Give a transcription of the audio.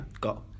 got